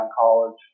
college